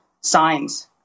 signs